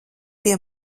pie